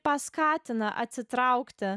paskatina atsitraukti